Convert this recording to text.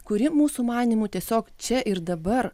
kuri mūsų manymu tiesiog čia ir dabar